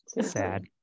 Sad